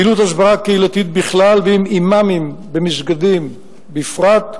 פעילות הסברה קהילתית בכלל ועם אימאמים במסגדים בפרט.